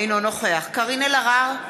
אינו נוכח קארין אלהרר,